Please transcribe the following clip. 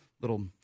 little